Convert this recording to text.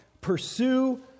Pursue